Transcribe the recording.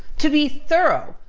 to be thorough,